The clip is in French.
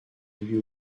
lui